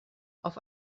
auf